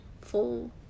full